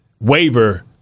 waiver